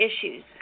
issues